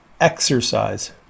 exercise